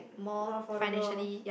more affordable